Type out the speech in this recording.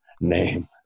name